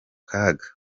kaga